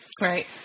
Right